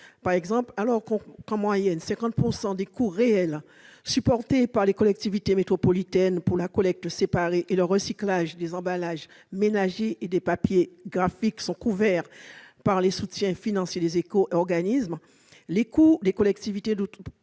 Par exemple, alors qu'en moyenne les coûts réels supportés par les collectivités métropolitaines pour la collecte séparée et le recyclage des emballages ménagers et des papiers graphiques sont couverts à hauteur de 50 % par les soutiens financiers des éco-organismes, ils ne le sont